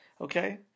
Okay